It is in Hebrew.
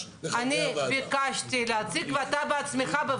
אני רק רוצה להעשיר את הוועדה בידיעה.